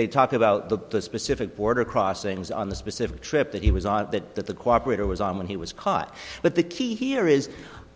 they talk about the specific border crossings on the specific trip that he was on that that the cooperate it was on when he was caught but the key here is